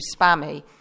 spammy